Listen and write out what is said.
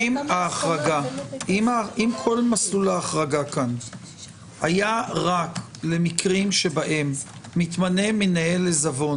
אם כל מסלול ההחרגה כאן היה רק למקרים שבהם מתמנה מנהל עיזבון